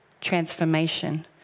transformation